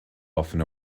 often